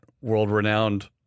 world-renowned